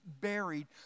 buried